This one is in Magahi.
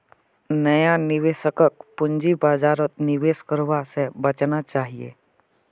नया निवेशकक पूंजी बाजारत निवेश करवा स बचना चाहिए